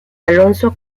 alonso